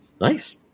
Nice